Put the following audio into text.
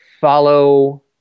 follow